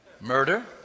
Murder